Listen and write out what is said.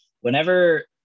Whenever